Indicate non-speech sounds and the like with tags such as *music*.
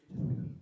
*breath*